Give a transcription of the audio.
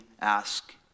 ask